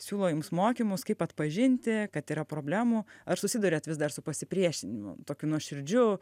siūlo jums mokymus kaip atpažinti kad yra problemų ar susiduriat vis dar su pasipriešinimu tokiu nuoširdžiu